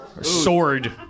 Sword